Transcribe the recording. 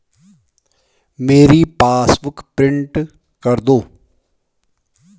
मेरी passbook print कर दो